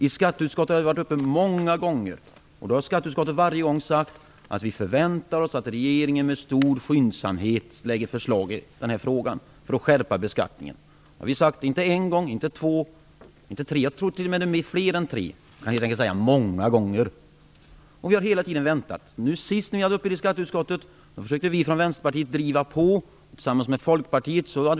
I skatteutskottet har den här frågan varit uppe många gånger, och vi har i skatteutskottet varje gång sagt att vi förväntar oss att regeringen med stor skyndsamhet lägger fram förslag för att skärpa beskattningen. Det har vi sagt, inte en gång, inte två gånger och inte tre gånger, utan många gånger. Och vi har hela tiden väntat. När skatteutskottet senast behandlade frågan försökte vi i Vänsterpartiet driva på, tillsammans med Folkpartiet.